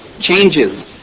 changes